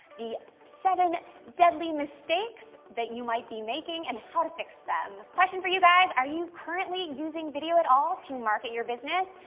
the seven deadly mistakes that you might be making, and how to fix them. question for you guys, are you currently using video at all to market your business,